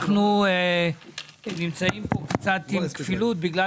אנחנו נמצאים פה קצת עם כפילות בגלל